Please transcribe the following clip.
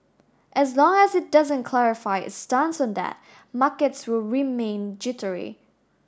as long as it doesn't clarify its stance on that markets will remain jittery